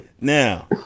Now